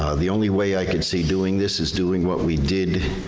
ah the only way i could see doing this is doing what we did